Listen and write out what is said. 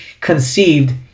conceived